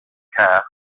care